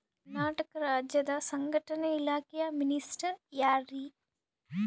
ಕರ್ನಾಟಕ ರಾಜ್ಯದ ಸಂಘಟನೆ ಇಲಾಖೆಯ ಮಿನಿಸ್ಟರ್ ಯಾರ್ರಿ?